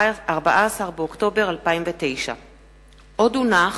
14 באוקטובר 2009. עוד הונח